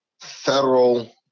federal